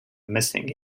missing